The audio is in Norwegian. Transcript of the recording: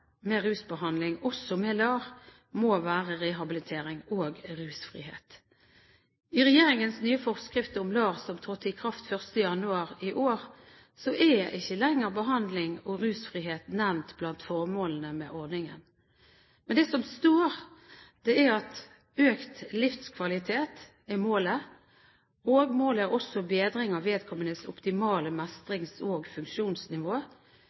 med rusbehandling, også med LAR, må være rehabilitering og rusfrihet. I regjeringens nye forskrift om LAR, som trådte i kraft 1. januar i år, er ikke lenger behandling og rusfrihet nevnt blant formålene med ordningen. Det som står der, er at «økt livskvalitet» er et mål. Et annet mål er «bedring av vedkommendes optimale mestrings- og